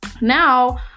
now